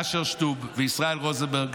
אשר שטוב וישראל רוזנברג,